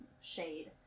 shade